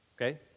okay